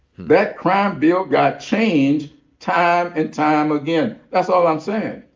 that crime bill got changed time and time again. that's all i'm saying.